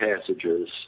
passages